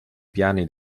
piani